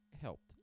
helped